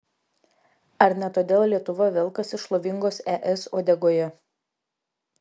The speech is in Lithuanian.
ar ne todėl lietuva velkasi šlovingos es uodegoje